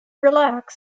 relaxed